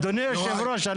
אדוני היושב ראש,